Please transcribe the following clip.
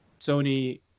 Sony